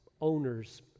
owners